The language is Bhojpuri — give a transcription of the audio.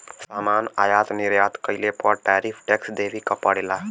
सामान आयात निर्यात कइले पर टैरिफ टैक्स देवे क पड़ेला